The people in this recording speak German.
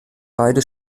beide